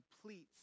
completes